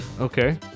Okay